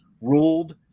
ruled